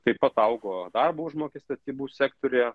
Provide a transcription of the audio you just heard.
taip pat augo darbo užmokestis statybų sektoriuje